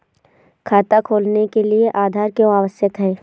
खाता खोलने के लिए आधार क्यो आवश्यक है?